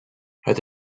het